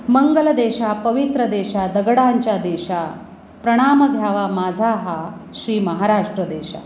मंगल देशा पवित्र देशा दगडांच्या देशा प्रणाम घ्यावा माझा हा श्री महाराष्ट्र देशा